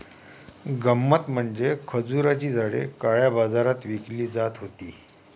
गंमत म्हणजे खजुराची झाडे काळ्या बाजारात विकली जात होती